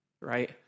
right